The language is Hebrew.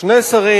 שני שרים.